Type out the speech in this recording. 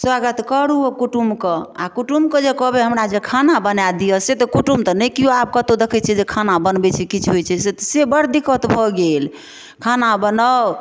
स्वागत करू ओ कुटुम्ब कऽ आ कुटुम्ब कऽ जे कहबै हमरा जे खाना बनाए दिअ से तऽ कुटुम्ब तऽ नहि केओ आब कतहुँ देखैत छियै जे बनबैत छै किछु होइत छै से बर दिक्कत भऽ गेल खाना बनाउ